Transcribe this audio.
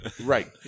Right